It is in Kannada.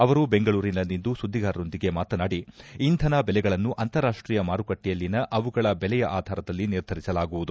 ಅವರು ಬೆಂಗಳೂರಿನಲ್ಲಿಂದು ಸುದ್ದಿಗಾರರೊಂದಿಗೆ ಮಾತನಾಡಿ ಇಂಧನ ಬೆಲೆಗಳನ್ನು ಅಂತಾರಾಷ್ಷೀಯ ಮಾರುಕಟ್ಟೆಯಲ್ಲಿನ ಅವುಗಳ ಬೆಲೆಯ ಆಧಾರದಲ್ಲಿ ನಿರ್ಧರಿಸಲಾಗುವುದು